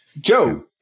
Joe